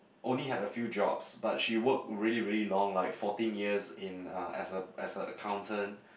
only had a few jobs but she work really really long like fourteen years in uh as a as a accountant